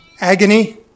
agony